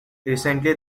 recently